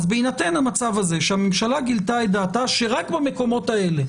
בהינתן המצב הזה שהממשלה גילתה את דעתה שרק במקומות האלה